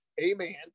Amen